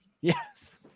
Yes